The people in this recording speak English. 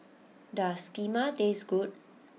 does Kheema taste good